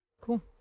Cool